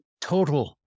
total